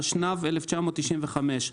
התשנ"ו 1995,